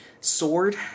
sword